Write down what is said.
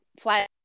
flat